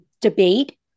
debate